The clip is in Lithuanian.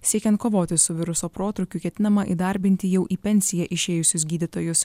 siekiant kovoti su viruso protrūkiu ketinama įdarbinti jau į pensiją išėjusius gydytojus